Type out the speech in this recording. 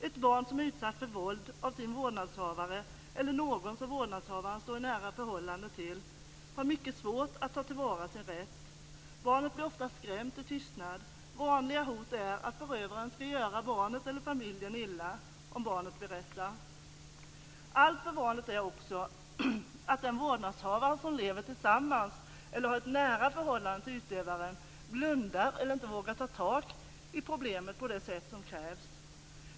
Ett barn som är utsatt för våld av sin vårdnadshavare, eller av någon som vårdnadshavaren står i ett nära förhållande till, har mycket svårt att ta till vara sin rätt. Barnet blir ofta skrämt till tystnad. Vanliga hot är att förövaren ska göra barnet eller familjen illa om barnet berättar. Alltför vanligt är det också att den vårdnadshavare som lever tillsammans med eller har ett nära förhållande till utövaren blundar eller inte vågar ta tag i problemet på det sätt som krävs.